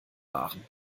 waren